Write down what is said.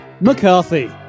McCarthy